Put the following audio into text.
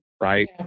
right